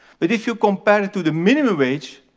but if you compare it to the minimum wage,